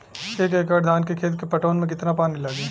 एक एकड़ धान के खेत के पटवन मे कितना पानी लागि?